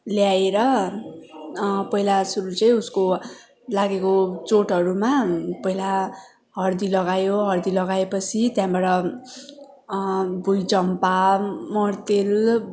ल्याएर पहिला सुरु चाहिँ उसको लागेको चोटहरूमा पहिला हर्दी लगायो हर्दी लगायो पछि त्यहाँबाट भुईँचम्पा मट्टितेल